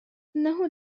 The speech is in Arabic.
إنه